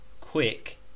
Quick